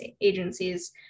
agencies